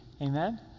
Amen